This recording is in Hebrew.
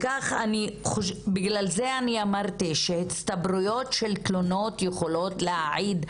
ובגלל זה אמרתי שהצטברויות של תלונות יכולות להעיד,